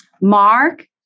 Mark